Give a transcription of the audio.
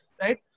right